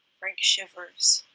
frank shivers.